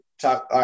talk